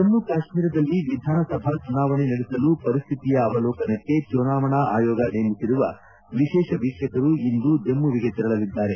ಜಮ್ಮು ಕಾಶ್ಮೀರದಲ್ಲಿ ವಿಧಾನಸಭಾ ಚುನಾವಣೆ ನಡೆಸಲು ಪರಿಸ್ಥಿತಿಯ ಅವಲೋಕನಕ್ಕೆ ಚುನಾವಣಾ ಆಯೋಗ ನೇಮಿಸಿರುವ ವಿಶೇಷ ವೀಕ್ಷಕರು ಇಂದು ಜಮ್ಮವಿಗೆ ತೆರಳಲಿದ್ದಾರೆ